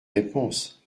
réponses